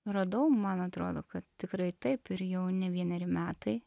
radau man atrodo kad tikrai taip ir jau ne vieneri metai